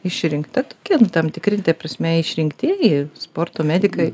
išrinkta tokia tam tikra prasme išrinktieji sporto medikai